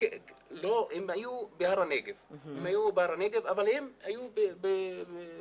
הם היו בהר הנגב אבל הם היו במדינה.